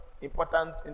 important